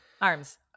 arms